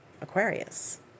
Aquarius